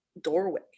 doorway